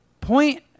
point